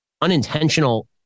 unintentional